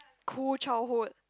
cool childhood